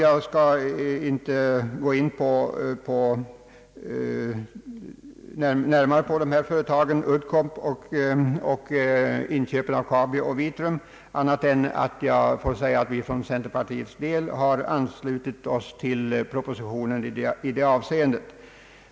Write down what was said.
Jag skall inte närmare gå in på frågan om Uddcomb och inköpet av Kabi och Vitrum annat än att jag vill säga att vi för centerpartiets del har anslutit oss till propositionen i detta avseende.